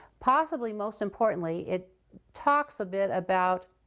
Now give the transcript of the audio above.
possibly, most importantly, it talks a bit about